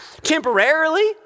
Temporarily